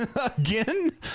again